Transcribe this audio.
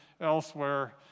elsewhere